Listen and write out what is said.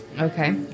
Okay